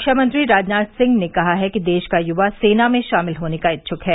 रक्षामंत्री राजनाथ सिंह ने कहा है कि देश का युवा सेना में शामिल होने का इच्छुक है